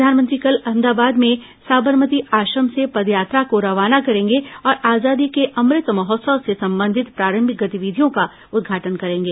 प्रधानमंत्री कल अहमदाबाद में सांबरमती आश्रम से पदयात्रा को रवाना करेंगे और आजादी के अमृत महोत्सव से संबंधित प्रारम्भिक गतिविधियों का उदघाटन करेंगे